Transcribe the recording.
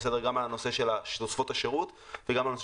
גם על הנושא של תוספות השירות וגם על הנושא